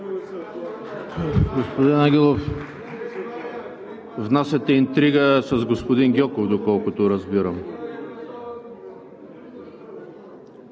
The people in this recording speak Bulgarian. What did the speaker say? Господин Ангелов, внасяте интрига с господин Гьоков, доколкото разбирам.